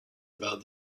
about